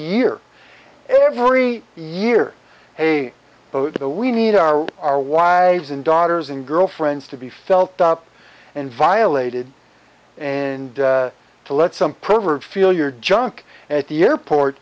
year every year a bodo we need are our wives and daughters and girlfriends to be felt up and violated and to let some pervert feel your junk at the airport